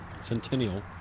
Centennial